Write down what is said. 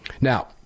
Now